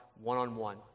one-on-one